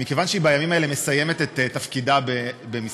ומכיוון שהיא בימים אלה מסיימת את תפקידה במשרד